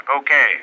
Okay